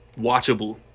watchable